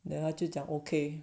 then 他就讲 okay